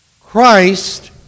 Christ